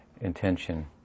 intention